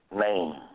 name